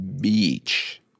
beach